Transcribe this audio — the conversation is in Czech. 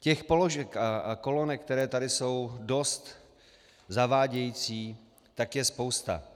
Těch položek a kolonek, které tady jsou dost zavádějící, tak je spousta.